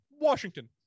Washington